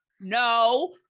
no